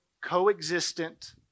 co-existent